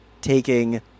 taking